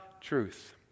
truth